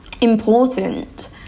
important